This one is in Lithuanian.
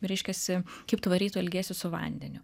reiškiasi kaip tvariai tu elgiesi su vandeniu